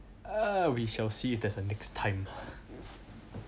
err we shall see if there is a next time